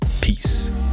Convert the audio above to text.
Peace